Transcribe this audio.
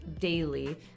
daily